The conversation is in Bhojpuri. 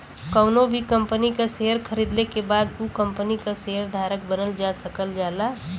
कउनो भी कंपनी क शेयर खरीदले के बाद उ कम्पनी क शेयर धारक बनल जा सकल जाला